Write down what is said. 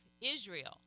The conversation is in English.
Israel